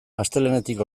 astelehenetik